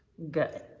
good.